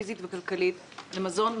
פיזית וכלכלית למזון מספק,